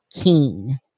keen